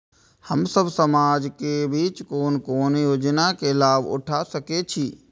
हम सब समाज के बीच कोन कोन योजना के लाभ उठा सके छी?